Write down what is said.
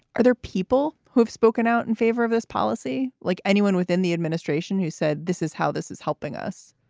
are there people who've spoken out in favor of this policy? like anyone within the administration who said this is how this is helping us?